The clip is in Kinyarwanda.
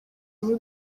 muri